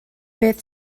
beth